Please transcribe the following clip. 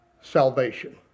salvation